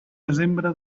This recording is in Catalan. desembre